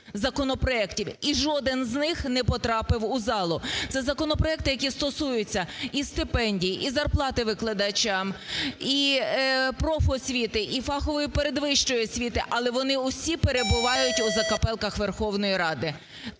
законопроектів і жоден з них не потрапив у залу. Це законопроекти, які стосуються: і стипендій, і зарплат викладачам, іпрофосвіти, і фахової передвищої освіти, - але вони усі перебувають у закапелках Верховної Ради.